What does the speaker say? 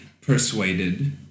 persuaded